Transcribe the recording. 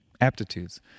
aptitudes